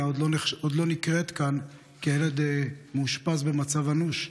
עוד לא נקראת כאן כי הילד מאושפז במצב אנוש.